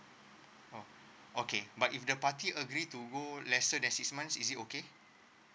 oh okay but if the party agree to go lesser than six months is it okay